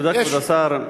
תודה, כבוד השר.